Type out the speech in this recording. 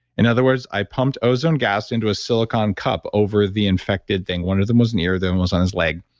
in other words, i pumped ozone gas into a silicon cup over the infected thing. one of the most near them was on his leg,